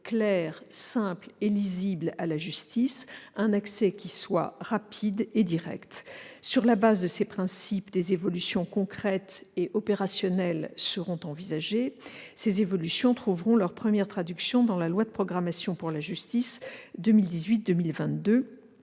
accès simple, lisible, rapide et direct à la justice. Sur la base de ces principes, des évolutions concrètes et opérationnelles seront envisagées. Ces évolutions trouveront leurs premières traductions dans la loi de programmation pour la justice 2018-2022.